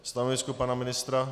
Stanovisko pana ministra?